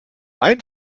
ein